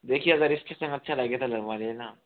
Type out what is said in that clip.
देखिये अगर इसके संग अच्छा लगे तो लगवा लेना